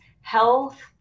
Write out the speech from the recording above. health